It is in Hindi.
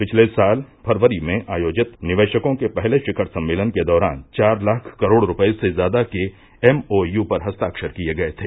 पिछले साल फ़रवरी में आयोजित निवेशकों के पहले शिखर सम्मेलन के दौरान चार लाख करोड़ रूपये से ज्यादा के एमओयू पर हस्ताक्षर किये गये थे